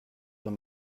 dans